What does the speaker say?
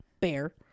bear